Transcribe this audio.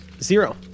Zero